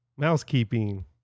Mousekeeping